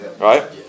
Right